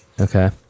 Okay